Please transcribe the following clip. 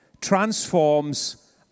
transforms